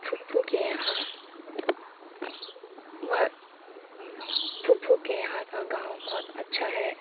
پھپھو کے یہاں وہ پھوھو کے یہاں کا گاؤں بہت اچھا ہے